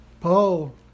Paul